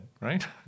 right